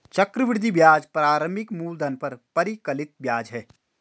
चक्रवृद्धि ब्याज प्रारंभिक मूलधन पर परिकलित ब्याज है